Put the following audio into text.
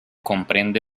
comprende